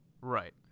Right